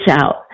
out